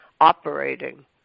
operating